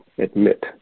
admit